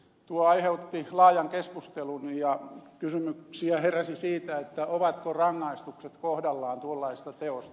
tuo aiheutti laajan keskustelun ja kysymyksiä heräsi siitä ovatko rangaistukset kohdallaan tuollaisesta teosta